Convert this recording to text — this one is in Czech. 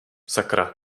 sakra